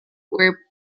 were